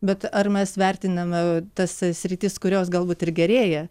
bet ar mes vertiname tas sritis kurios galbūt ir gerėja